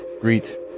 greet